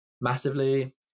massively